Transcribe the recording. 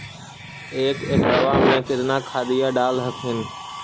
एक एकड़बा मे कितना खदिया डाल हखिन?